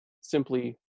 simply